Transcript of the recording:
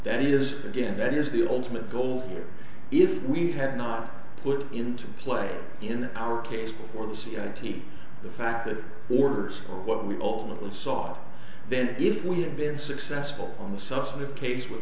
that is again that is the ultimate goal if we had not put into play in our case before the c n n team the fact that orders or what we ultimately saw then if we had been successful on the substantive case with